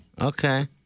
okay